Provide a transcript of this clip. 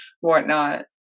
whatnot